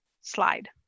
slide